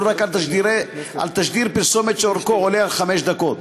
רק על תשדיר פרסומת שאורכו עולה על חמש דקות.